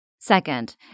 Second